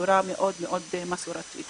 בצורה מאוד מאוד מסורתית.